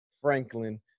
Franklin